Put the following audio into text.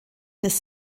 des